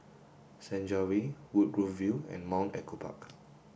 Senja Way Woodgrove View and Mount Echo Park